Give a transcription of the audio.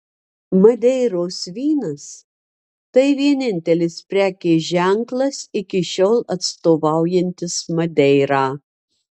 madeiros vynas tai vienintelis prekės ženklas iki šiol atstovaujantis madeirą